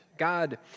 God